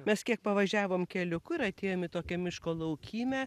mes kiek pavažiavom keliuku ir atėjom į tokią miško laukymę